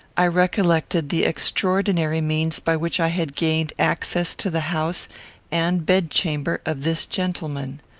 i recollected the extraordinary means by which i had gained access to the house and bedchamber of this gentleman.